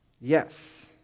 yes